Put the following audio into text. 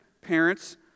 parents